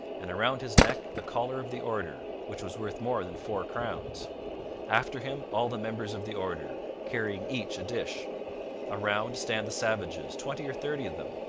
and around his neck the collar of the order, which was worth more than four crowns after him all the members of the order, carrying each a dish around stand the savages, twenty or thirty of them,